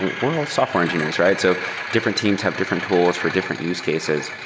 and we're all software engineers, right? so different teams have different tools for different use cases,